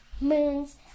Moons